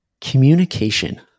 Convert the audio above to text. Communication